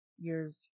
years